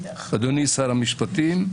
אדוני שר המשפטים,